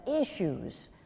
issues